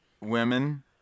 women